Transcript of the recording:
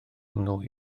nwy